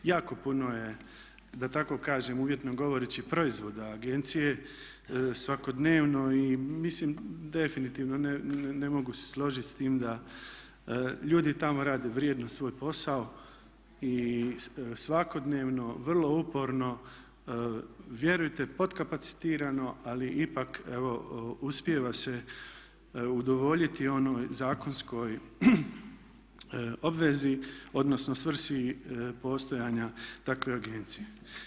Jako puno je da tako kažem uvjetno govoreći proizvoda agencije svakodnevno i mislim definitivno ne mogu se složiti s time da ljudi tamo rade vrijedno svoj posao i svakodnevno vrlo uporno vjerujte podkapacitirano ali ipak evo uspijeva se udovoljiti onoj zakonskoj obvezi odnosno svrsi postojanja takve agencije.